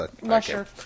Lusher